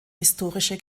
historische